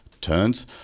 Turns